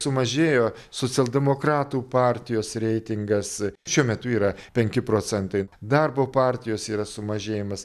sumažėjo socialdemokratų partijos reitingas šiuo metu yra penki procentai darbo partijos yra sumažėjimas